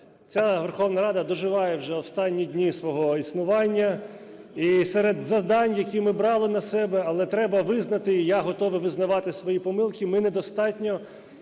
Ця Верховна Рада доживає вже останні дні свого існування. І серед завдань, які ми брали на себе, але треба визнати, і я готовий визнавати помилки, ми недостатньо